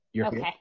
Okay